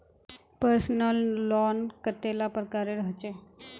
Personal loan कतेला प्रकारेर होचे?